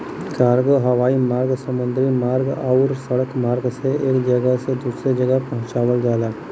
cargo हवाई मार्ग समुद्री मार्ग आउर सड़क मार्ग से एक जगह से दूसरे जगह पहुंचावल जाला